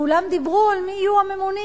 כולם דיברו מי יהיו הממונים.